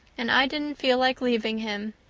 and i didn't feel like leaving him.